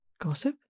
gossip